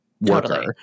worker